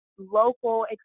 local